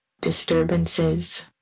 Disturbances